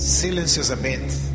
silenciosamente